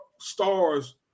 stars